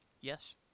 Yes